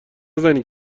نزن